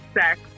sex